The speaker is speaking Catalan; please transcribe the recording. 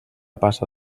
passa